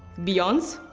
beyonce,